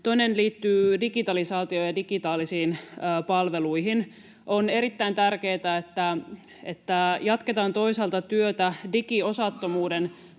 Toinen liittyy digitalisaatioon ja digitaalisiin palveluihin. On erittäin tärkeää, että jatketaan toisaalta työtä digiosattomuuden